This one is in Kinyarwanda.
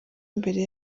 imbere